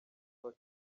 bata